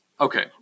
okay